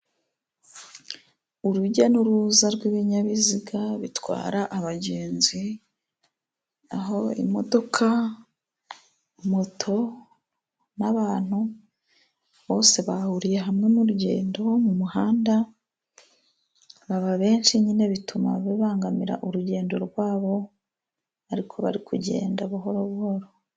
Urujya n'uruza rw'ibinyabiziga bitwara abagenzi, aho imodoka, moto n'abantu, bose bahuriye hamwe mu rugendo, mu muhanda baba benshi nyine bituma bibangamira urugendo rwabo ariko bari kugenda buhoro buhoro.